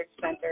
center